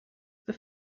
the